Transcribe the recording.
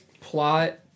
plot